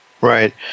Right